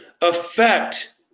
affect